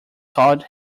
called